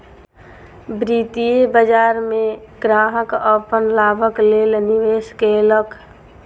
वित्तीय बाजार में ग्राहक अपन लाभक लेल निवेश केलक